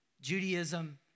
Judaism